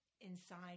inside